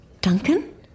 Duncan